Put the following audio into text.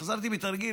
חזרתי מתרגיל,